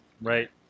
right